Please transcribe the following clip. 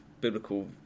biblical